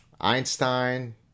Einstein